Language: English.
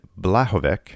Blahovec